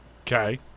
Okay